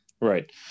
right